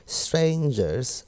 strangers